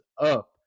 up